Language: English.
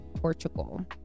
portugal